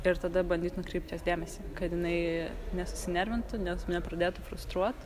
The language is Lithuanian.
ir tada bandyt nukreipt jos dėmesį kad jinai nesusinervintų net nepradėtų frustruot